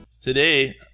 Today